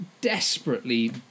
desperately